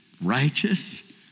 righteous